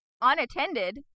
unattended